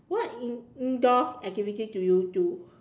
what in~ indoors activities do you do